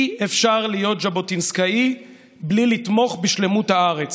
אי-אפשר להיות ז'בוטינסקאי בלי לתמוך בשלמות הארץ.